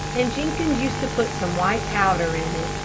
and jenkins used to put some white powder in it,